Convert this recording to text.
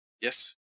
Yes